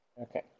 Okay